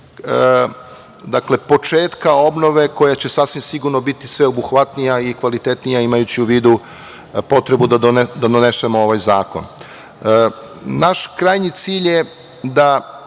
primer početka obnove koja će sasvim sigurno biti sveobuhvatnija i kvalitetnija, imajući u vidu potrebu da donesemo ovaj zakon. Naš krajnji cilj je da